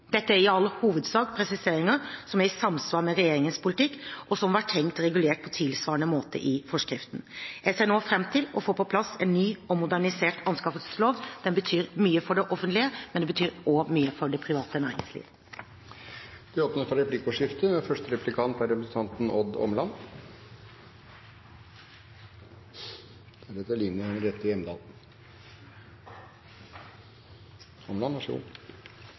Dette er i all hovedsak presiseringer som er i samsvar med regjeringens politikk, og som var tenkt regulert på tilsvarende måte i forskriftene. Jeg ser nå fram til å få på plass en ny og modernisert anskaffelseslov. Den betyr mye for det offentlige, men den betyr også mye for det private næringslivet. Det blir replikkordskifte. Det er bred enighet om at offentlig sektor gjennom sine innkjøp kan være en viktig pådriver for